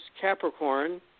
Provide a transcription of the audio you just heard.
Capricorn